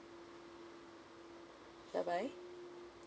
bye bye